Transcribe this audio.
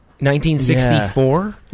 1964